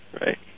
Right